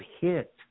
hit –